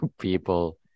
people